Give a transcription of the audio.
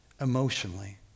emotionally